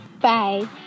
Bye